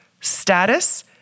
status